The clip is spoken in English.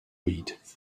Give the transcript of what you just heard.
read